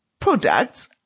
Products